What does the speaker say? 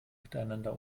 miteinander